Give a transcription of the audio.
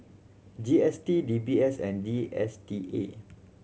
G S T D B S and D S T A